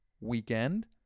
weekend